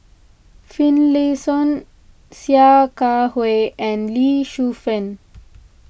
Finlayson Sia Kah Hui and Lee Shu Fen